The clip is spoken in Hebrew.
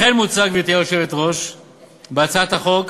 לכן מוצע בהצעת החוק,